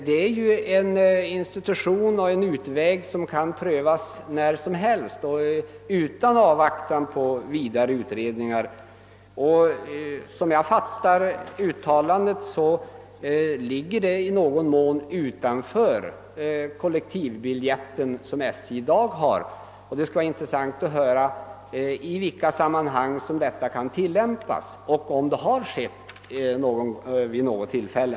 Detta är en utväg som kan prövas när som helst och utan avvaktan på vidare utredningar. Som jag fattar uttalandet ligger det förfarandet i någon mån utanför den kollektivbiljett som SJ i dag har. Det skulle vara intressant att höra i vilka sammanhang detta system kan tilllämpas och om det gjorts vid något tillfälle.